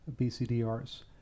BCDRs